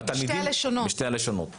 תואר ראשון בפילוסופיה, כלכלה ומדעי המדינה.